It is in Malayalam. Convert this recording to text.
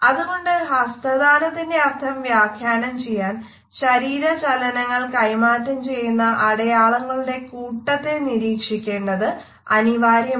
അതുകൊണ്ട് ഹസ്തദാനത്തിന്റെ അർഥം വ്യാഖ്യാനം ചെയ്യാൻ ശരീര ചലനങ്ങൾ കൈമാറ്റം ചെയ്യുന്ന അടയാളങ്ങളുടെ കൂട്ടത്തെ നിരീക്ഷിക്കേണ്ടത് അനിവാര്യമാണ്